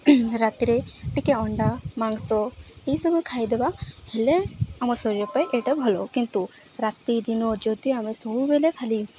ରାତିରେ ଟିକେ ଅଣ୍ଡା ମାଂସ ଏଇସବୁ ଖାଇଦେବା ହେଲେ ଆମ ଶରୀର ପାଇଁ ଏଇଟା ଭଲ କିନ୍ତୁ ରାତି ଦିନ ଯଦି ଆମେ ସବୁବେଲେ ଖାଲି